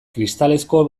kristalezko